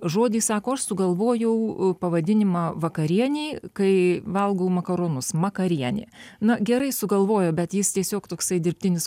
žodį sako aš sugalvojau pavadinimą vakarienei kai valgau makaronus makarienė na gerai sugalvojo bet jis tiesiog toksai dirbtinis